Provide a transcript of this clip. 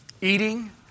eating